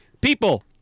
people